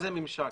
ממשק?